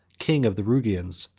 king of the rugians,